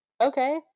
okay